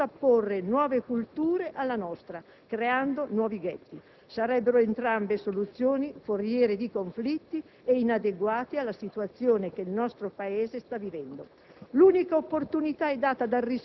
oppure possiamo pensare di giustapporre nuove culture alla nostra creando nuovi ghetti. Sarebbero entrambe soluzioni foriere di conflitti e inadeguate alla situazione che il nostro Paese sta vivendo.